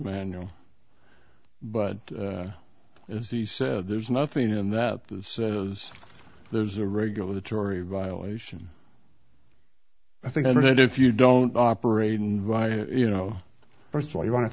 manual but if he said there's nothing in that that there's a regulatory violation i think that if you don't operate you know first of all you want to